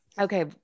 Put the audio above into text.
Okay